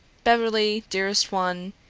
beverly, dearest one,